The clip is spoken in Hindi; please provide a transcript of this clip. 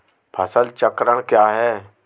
फसल चक्रण क्या है?